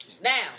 Now